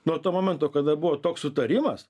nuo to momento kada buvo toks sutarimas